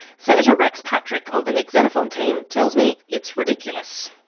senator rex patrick, of the nick xenophon team, tells me it's ridiculous.